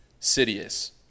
Sidious